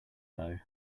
though